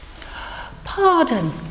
Pardon